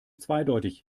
zweideutig